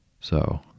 So